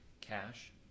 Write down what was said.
cash